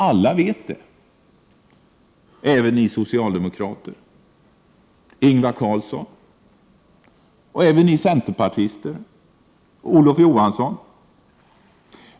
Alla vet det — även ni socialdemokrater, Ingvar Carlsson — även ni centerpartister, Olof Johansson.